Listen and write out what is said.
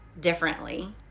differently